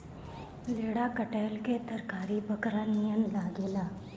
लेढ़ा कटहल के तरकारी बकरा नियन लागेला